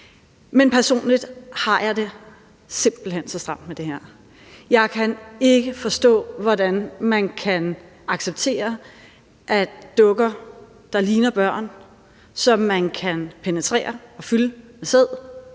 Men personligt har jeg det simpelt hen så stramt med det her. Jeg kan ikke forstå, hvordan man kan acceptere, at dukker, der ligner børn, som man kan penetrere og fylde med sæd,